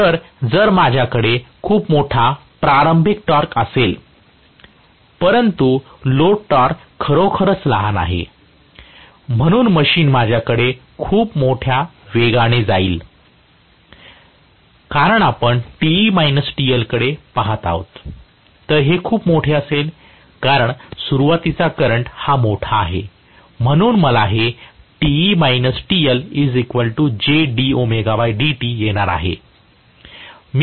तर जर माझ्याकडे खूप मोठा प्रारंभिक टॉर्क असेल परंतु लोड टॉर्क खरोखरच लहान आहे म्हणून मशीन माझ्याकडे खूप मोठ्या वेगाने जाईल कारण आपण Te TL कडे पाहत आहात तर हे खूप मोठे असेल कारण सुरुवातीचा करंट हा मोठा आहे म्हणून मला हे येणार आहे